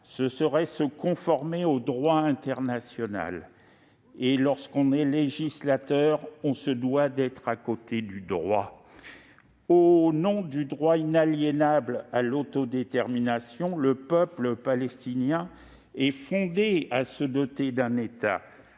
ce serait se conformer au droit international. Et lorsqu'on est législateur, on se doit d'être du côté du droit. Au nom du droit inaliénable à l'autodétermination, le peuple palestinien est fondé à se doter d'un État.